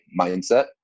mindset